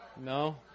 No